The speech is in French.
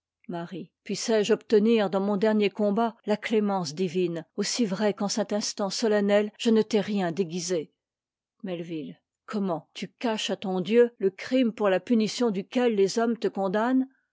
malédiction puisse-je obtenir dans mon dernier combat la e c ëmence divine aussi vrai qu'en cet instant so ennel je ne t'ai rien déguise comment tu caches à ton dieu le crime pour la punition duquel les hommes te condamnent